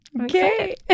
Okay